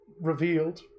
revealed